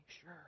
sure